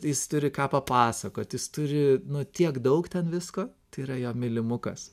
jis turi ką papasakot jis turi nu tiek daug ten visko tai yra jo mylimukas